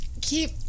keep